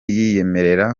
yiyemerera